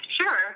Sure